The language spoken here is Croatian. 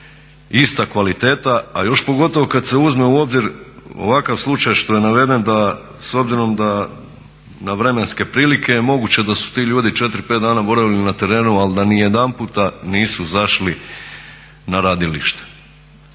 ista kvaliteta, a još pogotovo kad se uzme u obzir ovakav slučaj što je naveden da, s obzirom da na vremenske prilike je moguće da su ti ljudi četiri, pet dana boravili na terenu ali da ni jedanputa nisu zašli na radilište.